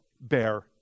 bear